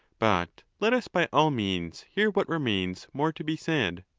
but let us by all means hear what remains more to be said.